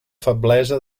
feblesa